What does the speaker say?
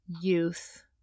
youth